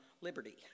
liberty